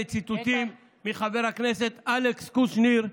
אלה ציטוטים של חבר הכנסת אלכס קושניר,